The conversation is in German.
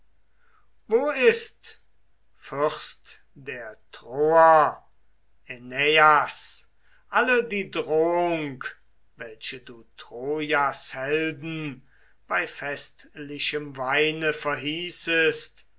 wo ist fürst der troer äneias alle die drohung welche du trojas helden bei festlichem weine verhießest